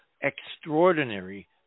extraordinary